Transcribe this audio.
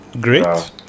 great